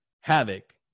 Havoc